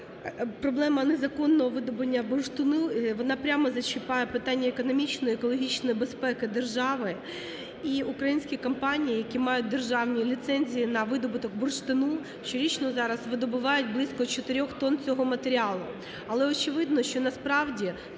проблема незаконного видобування бурштину, вона прямо зачіпає питання економічної і екологічної безпеки держави. І українські компанії, які мають державні ліцензії на видобуток бурштину, щорічно зараз видобувають близько 4 тонн цього матеріалу, але очевидно, що насправді,